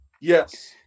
yes